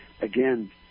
Again